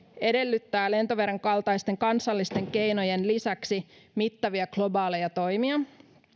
edellyttää lentoveron kaltaisten kansallisten keinojen lisäksi mittavia globaaleja toimia